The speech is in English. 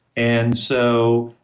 and so,